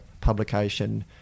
publication